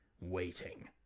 waiting